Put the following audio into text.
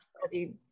studied